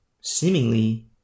Seemingly